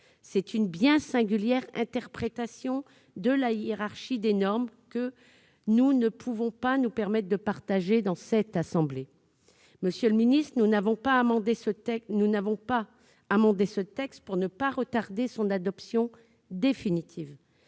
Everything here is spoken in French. C'est là une bien singulière interprétation de la hiérarchie des normes, que nous ne pouvons pas nous permettre de partager dans cette assemblée. Monsieur le secrétaire d'État, nous n'avons pas amendé ce texte pour ne pas retarder son adoption définitive.